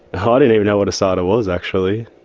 ah didn't even know what asada was actually,